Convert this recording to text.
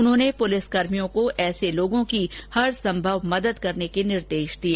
उन्होंने पुलिस कर्मियों को ऐसे लोगों की हर संभव मदद करने के निर्देश दिए